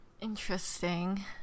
Interesting